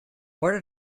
where